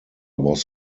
was